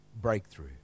breakthrough